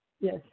Yes